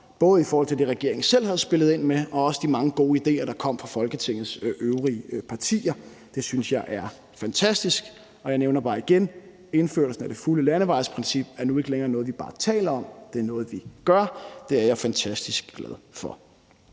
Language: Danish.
både i forhold til det, regeringen selv havde spillet ind med, og i forhold til de mange gode idéer, der kom fra Folketingets øvrige partier. Det synes jeg er fantastisk, og jeg nævner bare igen, at indførelsen af det fulde landevejsprincip nu ikke længere er noget, vi bare taler om. Det er noget, vi gør. Det er jeg fantastisk glad for.